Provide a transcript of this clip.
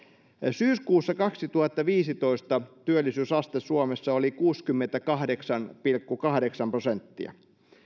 syyskuussa kaksituhattaviisitoista työllisyysaste suomessa oli kuusikymmentäkahdeksan pilkku kahdeksan prosenttia